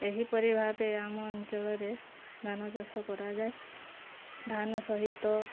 ଏହିପରି ଭାବେ ଆମ ଅଞ୍ଚଳରେ ଧାନଚାଷ କରାଯାଏ ଧାନ ସହିତ